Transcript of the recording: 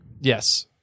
Yes